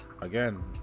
again